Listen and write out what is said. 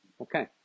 Okay